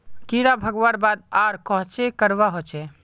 कीड़ा भगवार बाद आर कोहचे करवा होचए?